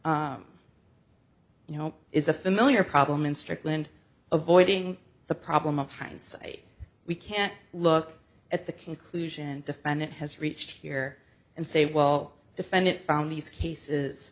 that you know it's a familiar problem in strickland avoiding the problem of hindsight we can't look at the conclusion defendant has reached here and say well defendant found these cases